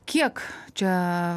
kiek čia